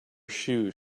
shoes